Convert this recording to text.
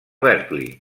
berkeley